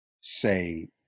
say